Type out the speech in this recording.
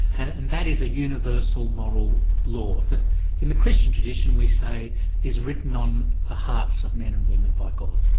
and that is a universal moral law, that in the christian tradition we say is written on the hearts of men and women by god.